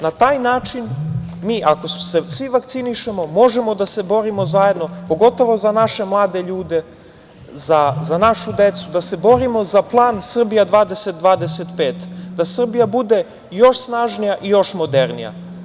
Na taj način, ako se svi vakcinišemo možemo da se borimo pogotovo zajedno, za naše mlade ljude, za našu decu, da se borimo za plan Srbija plan 20 – 25, da Srbija bude još snažnija i još modernija.